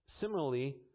similarly